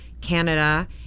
Canada